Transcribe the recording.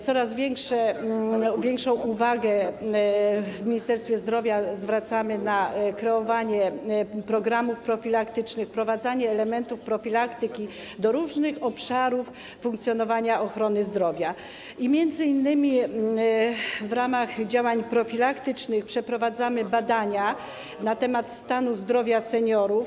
Coraz większą uwagę w Ministerstwie Zdrowia zwracamy na kreowanie programów profilaktycznych, wprowadzanie elementów profilaktyki do różnych obszarów funkcjonowania ochrony zdrowia, m.in. w ramach działań profilaktycznych przeprowadzamy badania na temat stanu zdrowia seniorów.